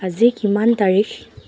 আজি কিমান তাৰিখ